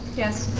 yes.